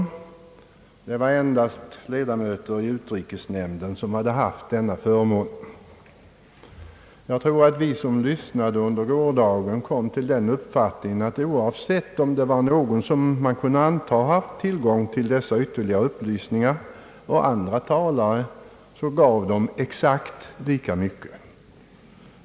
Det var endast ledamöter av utrikesnämnden som haft den förmånen. Jag tror dock att vi som lyssnade under gårdagen kom till den uppfattningen att oavsett om några kunde antas ha haft tillgång till dessa ytterligare upplysningar hade de, jämfört med andra talare, exakt lika mycket att ge.